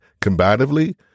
combatively